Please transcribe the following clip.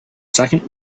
second